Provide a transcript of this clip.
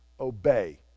obey